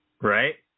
Right